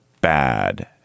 bad